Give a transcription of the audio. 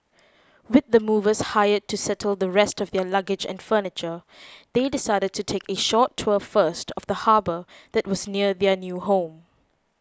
with the movers hired to settle the rest of their luggage and furniture they decided to take a short tour first of the harbour that was near their new home